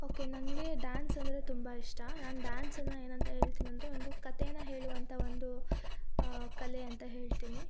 okay ನನಗೆ dance ಅಂದರೆ ತುಂಬ ಇಷ್ಟ ನಾನು ಡ್ಯಾನ್ಸನ್ನು ಏನಂತ ಹೇಳ್ತೀನಂದ್ರೆ ಒಂದು ಕತೆನ ಹೇಳುವಂಥ ಒಂದು ಕಲೆ ಅಂತ ಹೇಳ್ತೀನಿ